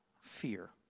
fear